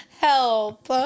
help